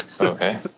Okay